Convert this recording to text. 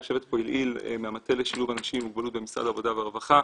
יושבת פה אילאיל מהמטה לשילוב אנשים עם מוגבלות במשרד העבודה והרווחה,